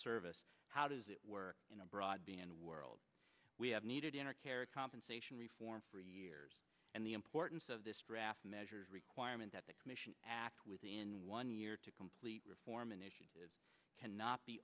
service how does it work in a broadband world we have needed in our character compensation reform for years and the importance of this draft measures requirement that the commission act within one year to complete reform initiative cannot be